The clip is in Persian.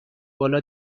بالا